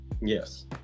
Yes